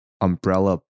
umbrella